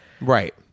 Right